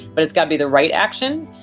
but it's gotta be the right action.